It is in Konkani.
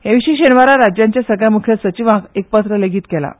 हे विशीं शेनवारा राज्याच्या सगलह्वया मुखेल सचिवांक एक पत्र लेगीत केलां